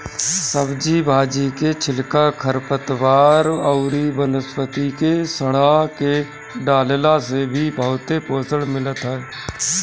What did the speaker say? सब्जी भाजी के छिलका, खरपतवार अउरी वनस्पति के सड़आ के डालला से भी बहुते पोषण मिलत ह